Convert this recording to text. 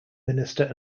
minister